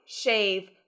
shave